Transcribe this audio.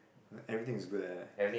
like everything is good eh